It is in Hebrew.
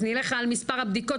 אז נלך למספר הבדיקות,